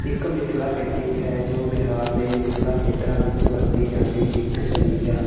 ਇੱਕ ਮਿਥਿਲਾ ਪੇਂਟਿੰਗ ਹੈ ਜੋ ਬਿਹਾਰ ਦੇ ਮਿਥਿਲਾ ਖੇਤਰਾਂ ਵਿੱਚ ਵਰਤੀ ਜਾਂਦੀ ਇੱਕ ਸ਼ੈਲੀ ਹੈ